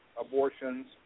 abortions